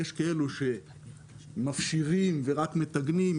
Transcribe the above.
יש כאלה שמפשירים ורק מטגנים,